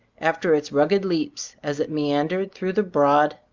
after its rugged leaps, as it meandered through the broad,